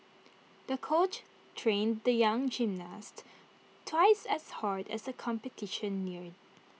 the coach trained the young gymnast twice as hard as the competition neared